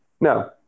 No